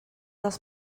dels